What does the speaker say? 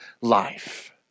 life